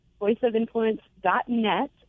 Voiceofinfluence.net